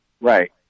right